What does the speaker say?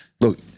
look